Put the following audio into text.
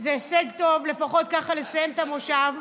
זה הישג טוב, לפחות ככה לסיים את המושב.